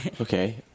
Okay